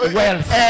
wealth